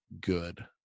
good